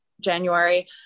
January